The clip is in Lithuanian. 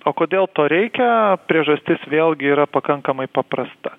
o kodėl to reikia priežastis vėlgi yra pakankamai paprasta